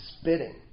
spitting